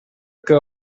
que